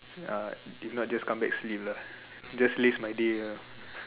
uh if not just come back sleep [lah[ just laze my day ah